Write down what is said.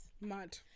mad